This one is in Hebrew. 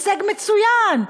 הישג מצוין.